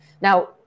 Now